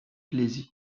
plaisirs